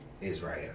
Israel